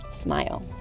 smile